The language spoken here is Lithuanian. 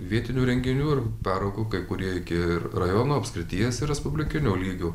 vietinių renginių ir peraugo kai kurie iki ir rajono apskrities respublikinio lygio